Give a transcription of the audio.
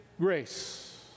grace